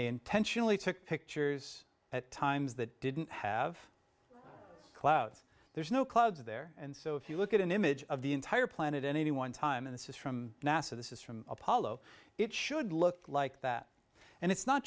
they intentionally took pictures at times that didn't have clouds there's no clouds there and so if you look at an image of the entire planet in any one time and this is from nasa this is from apollo it should look like that and it's not